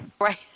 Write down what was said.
Right